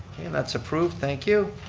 and that's approved, thank you.